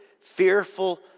fearful